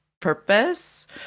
purpose